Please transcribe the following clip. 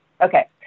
Okay